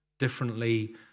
differently